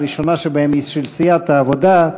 הראשונה שבהן היא של סיעת העבודה: